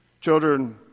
Children